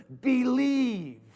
believe